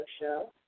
Show